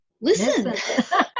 Listen